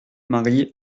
marie